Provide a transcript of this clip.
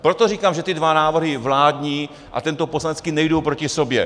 Proto říkám, že ty dva návrhy, vládní a tento poslanecký, nejdou proti sobě.